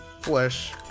flesh